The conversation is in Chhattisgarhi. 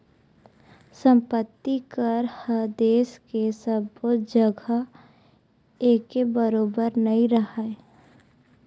संपत्ति कर ह देस के सब्बो जघा एके बरोबर नइ राहय